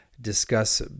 discuss